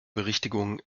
berichtigung